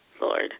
Lord